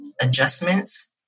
adjustments